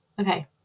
Okay